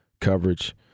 coverage